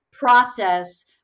process